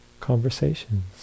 conversations